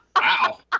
Wow